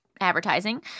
advertising